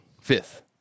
fifth